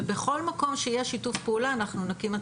ובכל מקום שיש שיתוף פעולה אנחנו נקים אתרים,